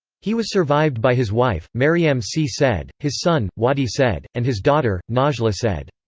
he was survived by his wife, mariam c. said, his son, wadie said, and his daughter, najla said.